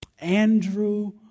Andrew